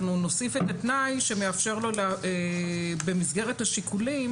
נוסיף את התנאי שמאפשר לו במסגרת השיקולים,